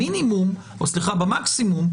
במקסימום,